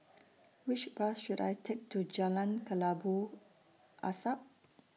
Which Bus should I Take to Jalan Kelabu Asap